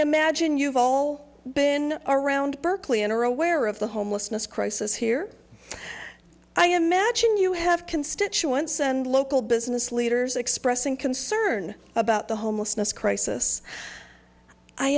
imagine you've all been around berkeley in a row aware of the homelessness crisis here i imagine you have constituents and local business leaders expressing concern about the homelessness crisis i